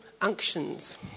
unctions